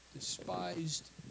despised